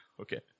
Okay